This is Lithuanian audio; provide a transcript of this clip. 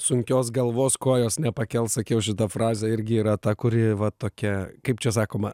sunkios galvos kojos nepakels sakiau šita frazė irgi yra ta kuri va tokia kaip čia sakoma